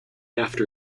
after